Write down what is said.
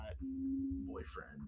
Boyfriend